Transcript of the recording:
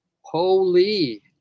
Holy